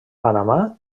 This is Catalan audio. panamà